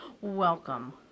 Welcome